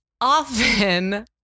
often